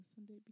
Sunday